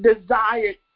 desired